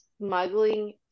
smuggling